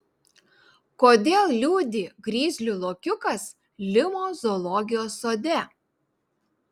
kodėl liūdi grizlių lokiukas limos zoologijos sode